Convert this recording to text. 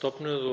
stofnuð